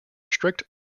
strict